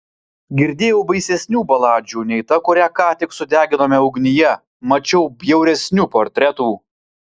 girdėjau baisesnių baladžių nei ta kurią ką tik sudeginome ugnyje mačiau bjauresnių portretų